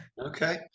okay